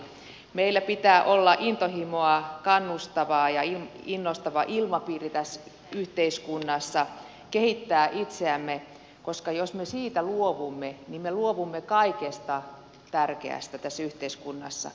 meillä pitää olla intohimoa kannustava ja innostava ilmapiiri tässä yhteiskunnassa kehittää itseämme koska jos me siitä luovumme niin me luovumme kaikesta tärkeästä tässä yhteiskunnassa